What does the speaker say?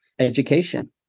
education